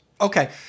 Okay